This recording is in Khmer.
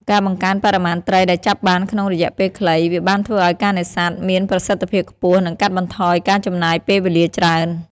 ការបង្កើនបរិមាណត្រីដែលចាប់បានក្នុងរយៈពេលខ្លី វាបានធ្វើឱ្យការនេសាទមានប្រសិទ្ធភាពខ្ពស់ និងកាត់បន្ថយការចំណាយពេលវេលាច្រើន។